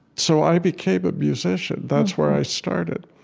so i became a musician. that's where i started.